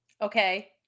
Okay